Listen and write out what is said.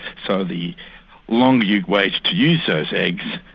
so the longer you wait to use those eggs,